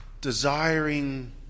desiring